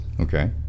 okay